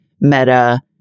Meta